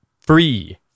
free